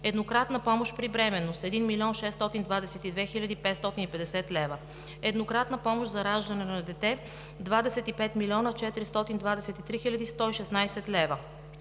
еднократна помощ при бременност – 1 млн. 622 хил. 550 лв.; еднократна помощ за раждане на дете – 25 млн. 423 хил. 116 лв.;